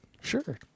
Sure